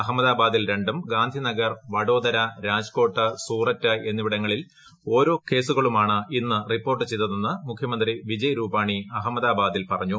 അഹമ്മദാബാദിൽ രണ്ടും ഗാന്ധിനഗർ വഡോദര രാജകോട്ട് സൂററ്റ് എന്നിവിടങ്ങളിൽ ഓരോ കേസുകളുമാണ് ഇന്ന് റിപ്പോർട്ട് ചെയ്തതെന്ന് മുഖ്യമന്ത്രി വിജയ് രൂപാണി അഹമ്മദാബാദിൽ പറഞ്ഞു